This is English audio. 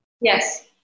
Yes